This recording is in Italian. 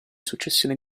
successione